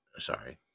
sorry